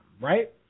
right